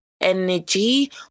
energy